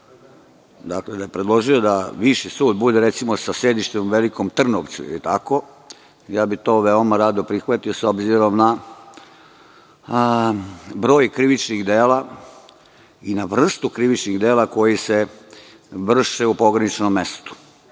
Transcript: Dakle, da je predložio da viši sud bude, recimo, sa sedištem u Velikom Trnovcu, to bih veoma rado prihvatio, s obzirom na broj krivičnih dela i na vrstu krivičnih dela koji se vrše u pograničnom mestu.